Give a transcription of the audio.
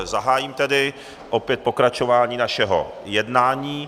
Zahájím tedy opět pokračování našeho jednání.